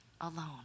alone